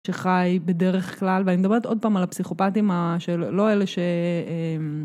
שחי בדרך כלל ואני מדברת עוד פעם על הפסיכופטים של לא אלה שהם